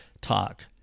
talk